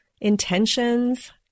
intentions